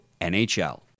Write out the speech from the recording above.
NHL